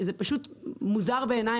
זה פשוט מוזר בעיני,